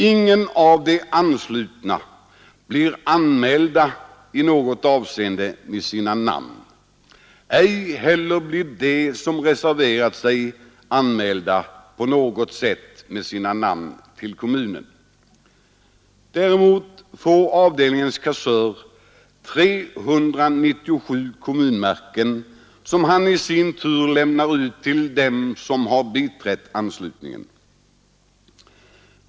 Ingen av de anslutna blir anmälda till kommunen med sina namn, ej heller de som reserverat sig. Däremot får avdelningens kassör 397 kommunmärken, som han i sin tur lämnar ut till dem som har biträtt anslutningen.